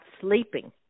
sleeping